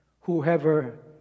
Whoever